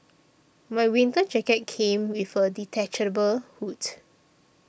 my winter jacket came with a detachable hood